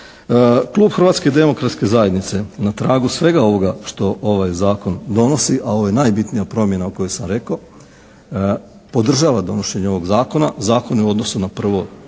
Klub Hrvatske demokratske zajednice na tragu svega ovoga što ovaj Zakon donosi, a ovo je najbitnija promjena koju sam rekao podržava donošenje ovog Zakona, Zakon je u odnosu na prvo